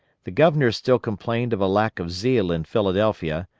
the governor still complained of a lack of zeal in philadelphia.